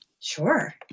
Sure